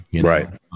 Right